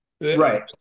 Right